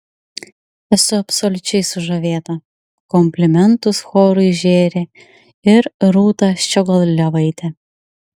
esu absoliučiai sužavėta komplimentus chorui žėrė ir rūta ščiogolevaitė